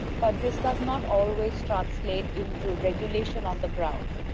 but this does not always translate into regulation on the ground.